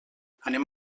anem